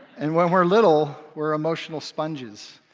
and when we're little, we're emotional sponges.